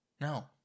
No